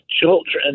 children